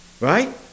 Right